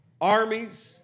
armies